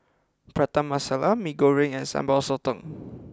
Prata Masala Mee Goreng and Sambal Sotong